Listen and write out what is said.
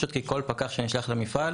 פשוט כי כל פקח שנשלח למפעל